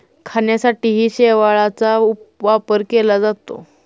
खाण्यासाठीही शेवाळाचा वापर केला जातो